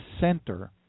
center